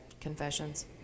Confessions